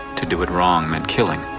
to do it wrong meant killing.